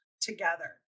together